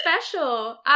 special